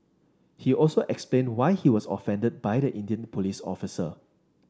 he also explained why he was offended by the Indian police officer